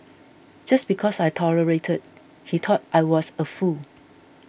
just because I tolerated he thought I was a fool